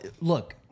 Look